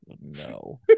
No